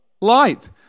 light